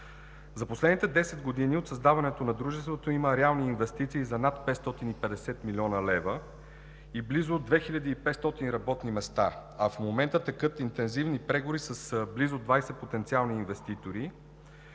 За последните десет години от създаването на дружеството има реални инвестиции за над 550 млн. лв. и близо 2500 работни места, а в момента текат интензивни преговори с близо 20 потенциални инвеститори